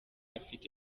afite